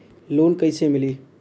Loan कईसे मिली?